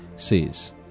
says